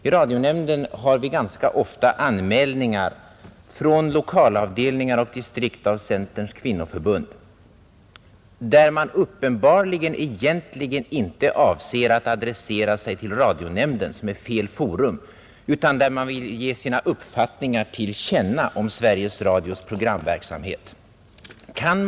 I radionämnden har vi ganska ofta anmälningar från lokalavdelningar och distrikt av centerns kvinnoförbund, där man uppenbarligen egentligen inte avser att vända sig till radionämnden, som är fel forum, utan där man vill ge sina uppfattningar om Sveriges Radios programverksamhet till känna.